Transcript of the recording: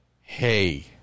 hey